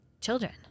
children